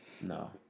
no